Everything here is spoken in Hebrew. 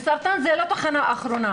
וסרטן זה לא תחנה אחרונה,